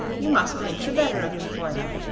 you must think the better of me for them.